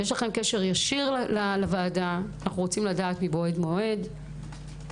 יש לכם קשר ישיר לוועדה ואנחנו מבקשים לדעת מבעוד מועד על